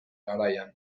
garaian